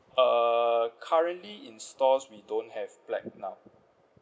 uh currently in stores we don't have black now